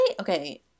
okay